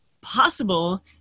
possible